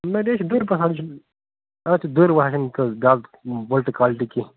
نہ بیٚیہِ چھِ دٔرۍ پَہن اتھ دٔرۍ واریاہن دٮ۪ل بٔڈ کالٹی کیٚنٛہہ